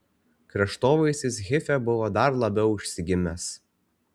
kraštovaizdis hife buvo dar labiau išsigimęs